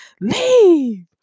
leave